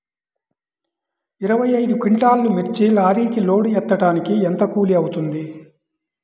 ఇరవై ఐదు క్వింటాల్లు మిర్చి లారీకి లోడ్ ఎత్తడానికి ఎంత కూలి అవుతుంది?